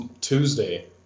Tuesday